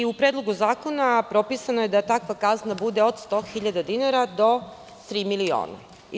U Predlogu zakona propisano je da takva kazna bude od 100.000 dinara do 3.000.000.